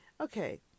okay